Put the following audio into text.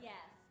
Yes